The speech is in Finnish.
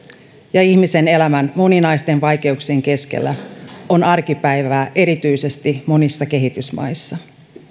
ja ihmisen elämän moninaisten vaikeuksien keskellä on arkipäivää erityisesti monissa kehitysmaissa